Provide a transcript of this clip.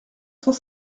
cent